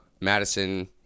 Madison